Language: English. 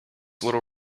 little